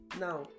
now